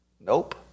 Nope